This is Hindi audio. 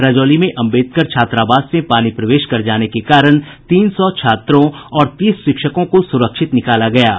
रजौली में अम्बेडकर छात्रावास में पानी प्रवेश कर जाने के कारण तीस सौ छात्रों और तीस शिक्षकों को सुरक्षित निकाला गया है